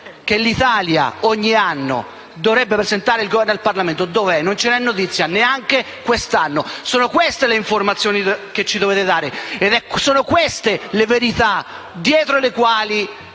che ogni anno il Governo dovrebbe presentare al Parlamento dov'è? Non ce n'è notizia neanche quest'anno. Sono queste le informazioni che ci dovete dare, sono queste le verità dietro le quali